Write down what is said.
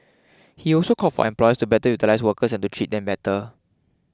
he also called for employers to better utilise workers and to treat them better